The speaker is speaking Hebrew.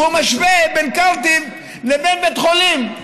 והוא משווה בין קרטיב לבין בית חולים.